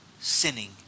sinning